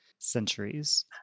centuries